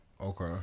Okay